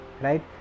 right